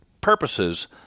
purposes